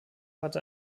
hatte